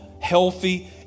healthy